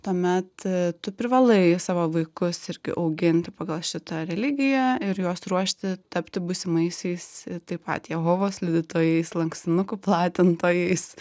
tuomet tu privalai savo vaikus irgi auginti pagal šitą religiją ir juos ruošti tapti būsimaisiais taip pat jehovos liudytojais lankstinukų platintojais